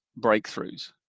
breakthroughs